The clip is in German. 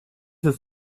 ist